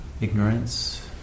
ignorance